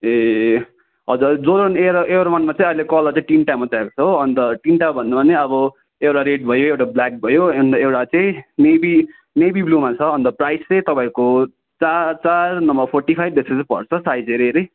ए हजुर Jordan air air वानमा चाहिँ अहिले कलर चाहिँ तिनवटा मात्रै आएको छ हो अन्त तिनवटा भन्नुभयो भने अब एउटा रेड भयो एउटा ब्ल्याक भयो अन्त एउटा चाहिँ नेभी नेभी ब्लूमा छ अन्त प्राइस चाहिँ तपाईँको चार चार नभए फोर्टी फाइभ जस्तो चाहिँ पर्छ साइज हेरी हेरी